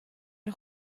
nhw